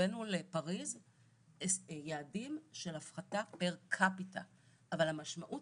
הבאנו לפריז יעדים של הפחתה פר קפיטה אבל המשמעות